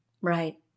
Right